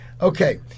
Okay